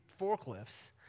forklifts